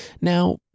now